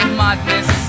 madness